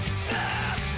step